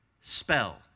spell